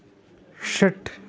षट्